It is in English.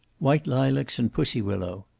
white lilacs and pussy-willow.